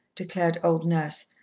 declared old nurse,